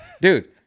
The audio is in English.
dude